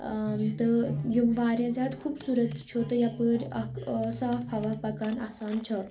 تہٕ یِم واریاہ زیادٕ خوٗبصوٗرت چھُ تہٕ یَپٲرۍ اکھ صاف ہوا پَکان آسان چھُ